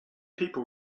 people